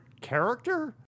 character